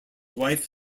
wife